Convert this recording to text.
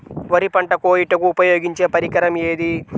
వరి పంట కోయుటకు ఉపయోగించే పరికరం ఏది?